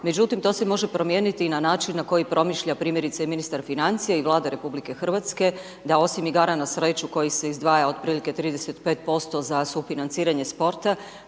međutim to se može promijeniti na način na koji promišlja, primjerice, ministar financija i Vlada RH, da osim igara na sreću, koji se izdvaja otprilike 35% za sufinanciranje sporta,